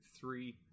three